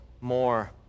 more